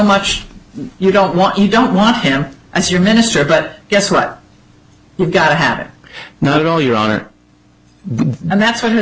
much you don't want you don't want him as your minister but guess what you've got to have not all your honor and that's when it